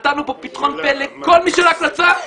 נתנו פה פתחון פה לכל מי שרק רצה,